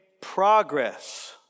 progress